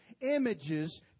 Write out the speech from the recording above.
images